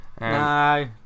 no